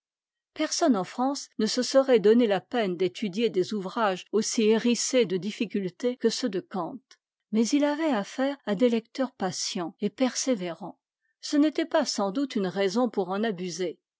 personne en france ne se serait donné la peine d'étudier des ouvrages aussi hérissés de difficultés que ceux de kant mais il avait affaire à des lecteurs patients et persévérants ce n'était pas sans doute une raison pour en abuser